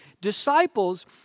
disciples